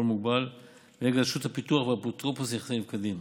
ונגד רשות הפיתוח והאפוטרופוס לנכסי נפקדים.